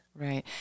Right